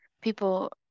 people